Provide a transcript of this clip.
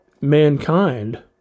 mankind